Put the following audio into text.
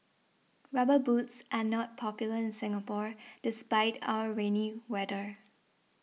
rubber boots are not popular in Singapore despite our rainy weather